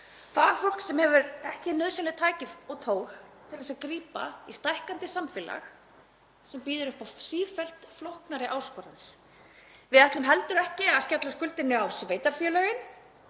fagfólk sem hefur ekki nauðsynleg tæki og tól til að grípa stækkandi samfélag sem býður upp á sífellt flóknari áskoranir. Við ætlum heldur ekki að skella skuldinni á sveitarfélögin